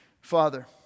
Father